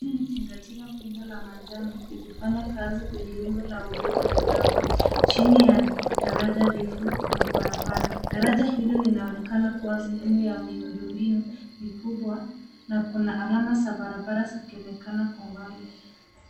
Hii ni tingatinga kubwa la manjano likifanya kazi kwenye rundo la udongo ya mawe chini ya daraja refu ya barabara. Daraja hilo linaonekana kuwa sehemu ya miundombinu mikubwa na kuna alama za barabara zikionekana kwa mbali.